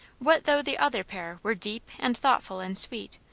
what though the other pair were deep and thoughtful and sweet,